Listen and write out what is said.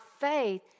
faith